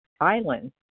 island